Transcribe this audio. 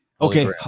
Okay